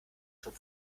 schon